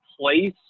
place